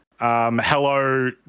Hello